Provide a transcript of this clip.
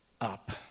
up